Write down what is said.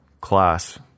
class